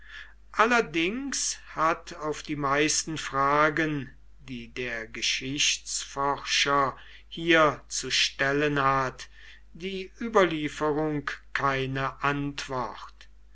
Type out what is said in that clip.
allerdings hat auf die meisten fragen die der geschichtsforscher hier zu stellen hat die überlieferung keine antwort